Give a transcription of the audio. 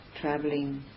traveling